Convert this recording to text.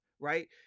right